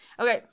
Okay